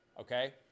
okay